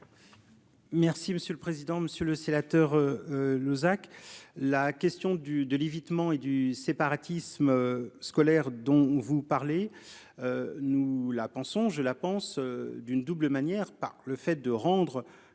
Merci monsieur le président, Monsieur le Sénateur. Nous. La question du de l'évitement et du séparatisme scolaire dont vous parlez. Nous la pensons je la pense d'une double manière par le fait de rendre.